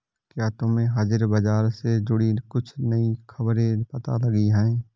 क्या तुम्हें हाजिर बाजार से जुड़ी कुछ नई खबरें पता लगी हैं?